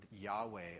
Yahweh